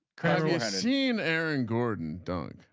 kind of seen aaron gordon don't.